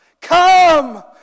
Come